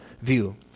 view